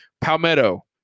Palmetto